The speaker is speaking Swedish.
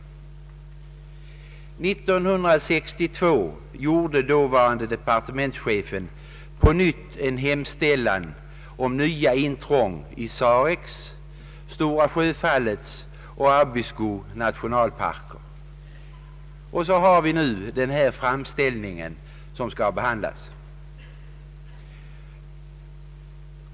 År 1962 gjorde dåvarande departementschefen en hemställan om nya intrång i Sareks, Stora Sjöfallets och Abisko nationalparker, och så har vi nu den framställning som här skall behandlas.